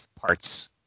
parts